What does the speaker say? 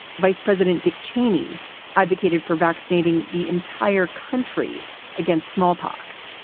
vice president dick cheney advocated for vaccinating the entire country against smallpox,